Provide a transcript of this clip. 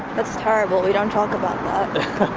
that's terrible. we don't talk about